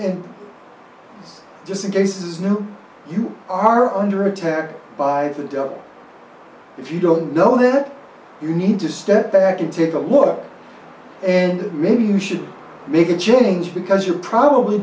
and just in case is new you are under attack by the if you don't know that you need to step back and take a look and maybe you should make a change because you're probably